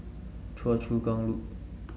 Choa Chu Kang Loop